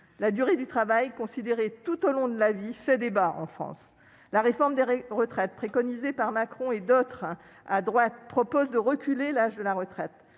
La durée du travail considérée tout au long de la vie fait débat en France. La réforme des retraites préconisée par Macron et par d'autres à droite prévoit un recul de l'âge de la retraite.